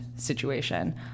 Situation